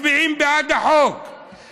מצביעים בעד החוק,